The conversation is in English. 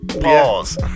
pause